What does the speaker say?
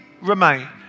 remain